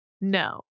no